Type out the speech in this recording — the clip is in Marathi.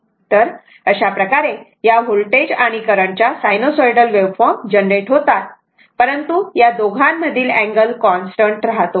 तर अशाप्रकारे या व्होल्टेज आणि करंट च्या सायनोसॉइडल वेव्हफॉर्म जनरेट होतात परंतु या दोघांमधील अँगल कॉन्स्टंट राहतो